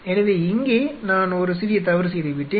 எனவே இங்கே நான் ஒரு சிறிய தவறு செய்துவிட்டேன்